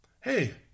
hey